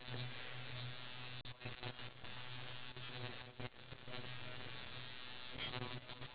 and then the straw actually filters the water so that they can get clean water